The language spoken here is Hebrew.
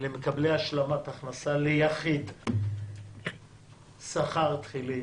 לייחד למקבלי השלמת הכנסה שכר תחילי